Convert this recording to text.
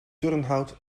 turnhout